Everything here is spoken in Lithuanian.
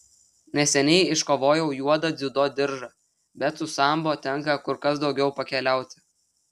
neseniai iškovojau juodą dziudo diržą bet su sambo tenka kur kas daugiau pakeliauti